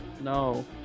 No